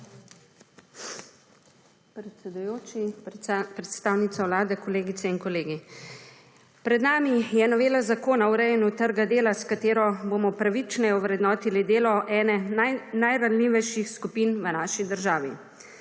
predstavnica Vlade, kolegice in kolegi! Pred nami je novela Zakona o urejanju trga dela s katero bomo pravičneje ovrednotili delo ene najranljivejših skupin v naši državi.